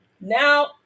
Now